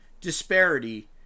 disparity